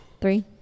three